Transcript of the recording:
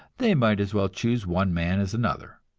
they might as well choose one man as another.